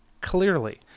clearly